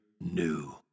new